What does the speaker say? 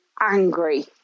angry